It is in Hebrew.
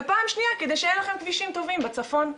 ופעם שנייה כדי שיהיה לכם כבישים טובים בצפון.